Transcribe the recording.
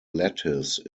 lattice